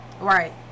Right